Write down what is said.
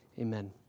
Amen